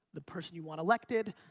the person you want elected,